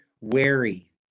wary